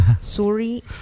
sorry